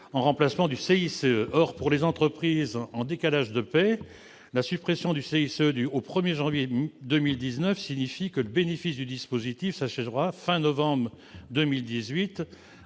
remplacer le CICE. Or, pour les entreprises en décalage de paye, la suppression du CICE au 1 janvier 2019 signifie que le bénéfice du dispositif s'éteindra fin novembre 2018.